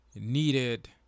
needed